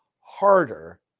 harder